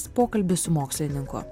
pokalbis su mokslininku